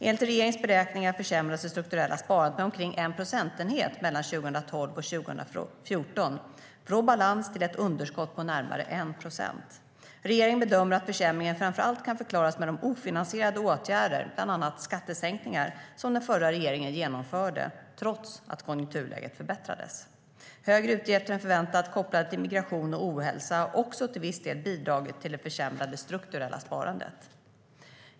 Enligt regeringens beräkningar försämrades det strukturella sparandet med omkring 1 procentenhet mellan 2012 och 2014 - från balans till ett underskott på närmare 1 procent. Regeringen bedömer att försämringen framför allt kan förklaras med de ofinansierade åtgärder, bland annat skattesänkningar, som den förra regeringen genomförde trots att konjunkturläget förbättrades. Högre utgifter än förväntat kopplade till migration och ohälsa har också till viss del bidragit till det försämrade strukturella sparandet.